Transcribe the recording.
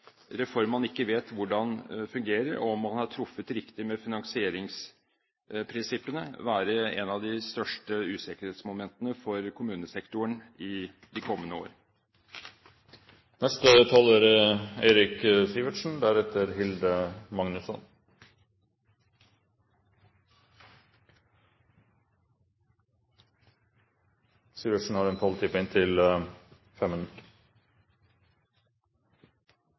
reformen da skal bli til mens den innføres. I tillegg til gjeldsoppbygging vil selve virkningene av en reform man ikke vet hvordan fungerer – om man har truffet riktig med finansieringsprinsippene – være av de største usikkerhetsmomentene for kommunesektoren i de kommende år. Vi vil gi folk en